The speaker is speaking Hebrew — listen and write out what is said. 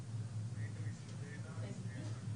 קצת זמן.